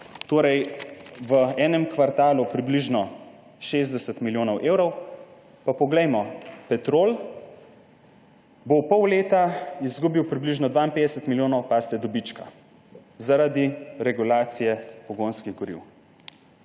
torej v enem kvartalu približno 60 milijonov evrov. Pa poglejmo. Petrol bo v pol leta izgubil približno 52 milijonov, pazite, dobička zaradi regulacije pogonskih goriv.